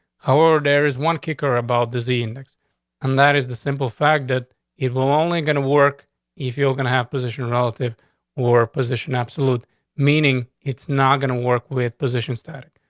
however, there is one kicker about dizzy next, and um that is the simple fact that it will only gonna work if you're gonna have position, relative or position. absolute meaning, it's not gonna work with position static.